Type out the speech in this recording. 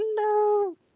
Hello